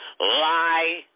Lie